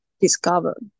discover